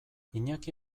iñaki